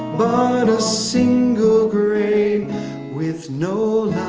but a single grain with no